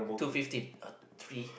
two fifteen uh three